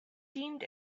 deemed